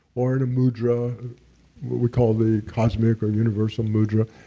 or in a mudra. what we call the cosmic or universal mudra.